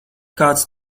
kāds